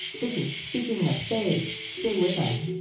this is speaking of faith. stay with us